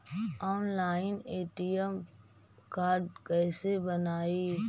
Online ATM card कैसे बनाई?